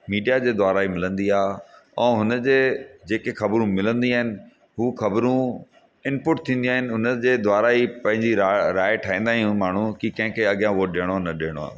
media जे द्वारा ही मिलंदी आहे ऐं हुनजे जेके ख़बरू मिलंदी आहिनि हूअ खबरू इनपुट थींदियूं आहिनि हुनजे द्वारा हीअ पंहिंजी रा राय ठाहींदा आहियूं माण्हू की कंहिंखे अॻियां वोट ॾेयणो न ॾेयणो